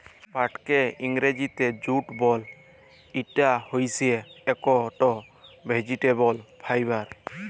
পাটকে ইংরজিতে জুট বল, ইটা হইসে একট ভেজিটেবল ফাইবার